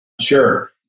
Sure